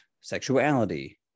sexuality